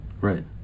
Right